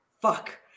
fuck